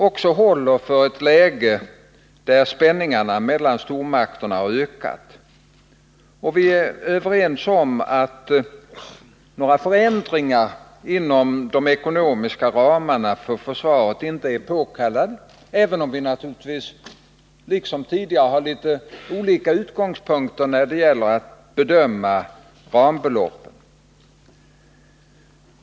Vi är överens om att några förändringar inom de agen och regeringen håller även i ett läge då spänningarna mellan ekonomiska ramarna för försvaret inte är påkallade, även om vi nu liksom tidigare har litet olika utgångspunkter när det gäller att bedöma rambeloppen.